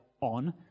on